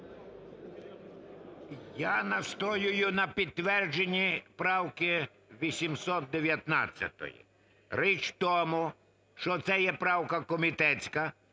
Я настоюю на підтвердженні правки 819. Річ у тому, що це є правка комітетська,